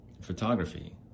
Photography